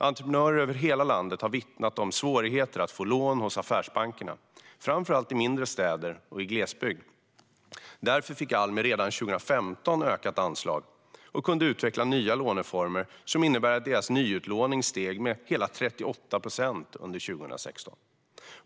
Entreprenörer över hela landet har vittnat om svårigheter att få lån hos affärsbankerna, framför allt i mindre städer och i glesbygd. Därför fick Almi redan 2015 ökat anslag och kunde utveckla nya låneformer, som innebar att deras nyutlåning steg med hela 38 procent under 2016.